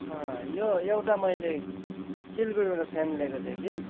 यो एउटा मैले सिलगुढीबाट फ्यान ल्याएको थिएँ कि